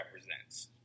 represents